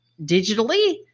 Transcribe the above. digitally